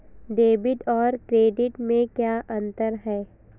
Debit और credit में क्या अंतर है?